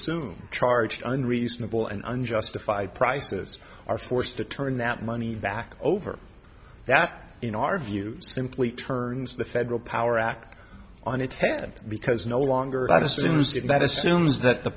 assume charged under reasonable and unjustified prices are forced to turn that money back over that in our view simply turns the federal power act on its head because no longer about assumes that assumes that the